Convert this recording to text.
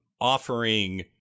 offering